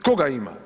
Tko ga ima?